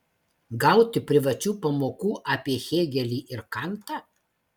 gauti privačių pamokų apie hėgelį ir kantą